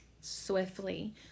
swiftly